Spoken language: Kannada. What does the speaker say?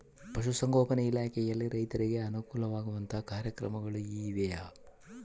ಪಶುಸಂಗೋಪನಾ ಇಲಾಖೆಯಲ್ಲಿ ರೈತರಿಗೆ ಅನುಕೂಲ ಆಗುವಂತಹ ಕಾರ್ಯಕ್ರಮಗಳು ಇವೆಯಾ?